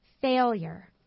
Failure